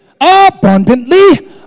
abundantly